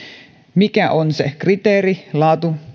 mikä on se kriteeri laatu